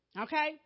okay